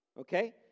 Okay